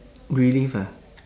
relive ah